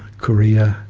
korea,